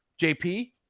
JP